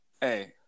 hey